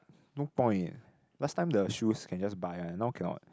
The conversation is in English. no point eh last time the shoes can just buy one now cannot